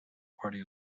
party